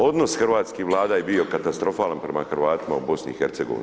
Odnos hrvatskih vlada je bio katastrofalan prema Hrvatima u BIH.